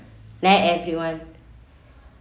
let everyone